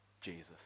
Jesus